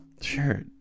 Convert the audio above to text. Sure